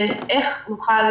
איך נוכל